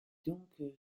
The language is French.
donc